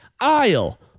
aisle